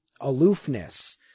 aloofness